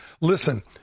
Listen